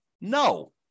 No